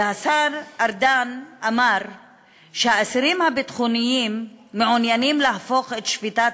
והשר ארדן אמר שהאסירים הביטחוניים מעוניינים להפוך את שביתת